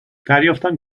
دریافتم